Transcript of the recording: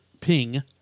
Ping